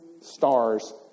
stars